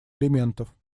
элементов